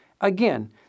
Again